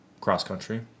cross-country